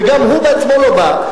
וגם הוא בעצמו לא בא.